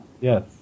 Yes